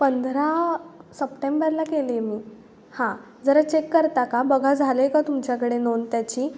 पंधरा सप्टेंबरला केली आहे मी हां जरा चेक करता का बघा झालं आहे का तुमच्याकडे नोंद त्याची